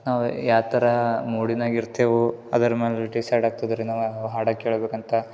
ನಾವು ಯಾ ಥರಾ ಮೂಡಿನಾಗೆ ಇರ್ತೇವು ಅದರ ಮೇಲೆ ಡಿಸೈಡ್ ಆಗ್ತದೆ ರೀ ನಾವು ಹಾಡು ಕೇಳ್ಬೇಕು ಅಂತ